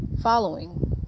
following